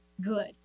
good